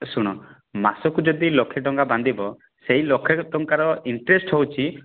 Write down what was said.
ଶୁଣ ମାସକୁ ଯଦି ଲକ୍ଷେ ଟଙ୍କା ବାନ୍ଧିବ ସେଇ ଲକ୍ଷେ ଟଙ୍କାର ଇଣ୍ଟ୍ରେଷ୍ଟ୍ ହେଉଛି